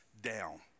down